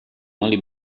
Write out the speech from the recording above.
only